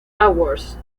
awards